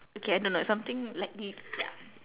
okay I don't know it's something like l~ ya